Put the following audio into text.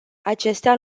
acestea